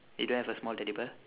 you don't have a small teddy bear